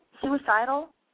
suicidal